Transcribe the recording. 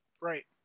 Right